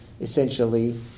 essentially